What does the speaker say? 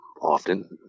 often